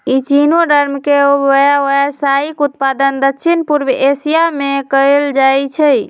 echinoderm के व्यावसायिक उत्पादन दक्षिण पूर्व एशिया में कएल जाइ छइ